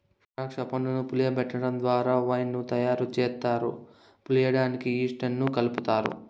దాక్ష పండ్లను పులియబెటడం ద్వారా వైన్ ను తయారు చేస్తారు, పులియడానికి ఈస్ట్ ను కలుపుతారు